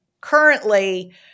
currently